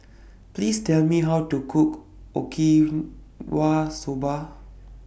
Please Tell Me How to Cook Okinawa Soba